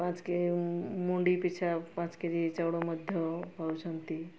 ପାଞ୍ଚ ମୁଣ୍ଡି ପିଛା ପାଞ୍ଚ କେଜି ଚାଉଳ ମଧ୍ୟ ପାଉଛନ୍ତି